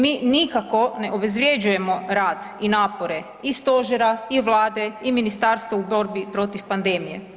Mi nikako ne obezvređujemo rad i napore i Stožera i Vlade i ministarstva u borbi protiv pandemije.